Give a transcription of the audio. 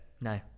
No